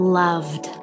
loved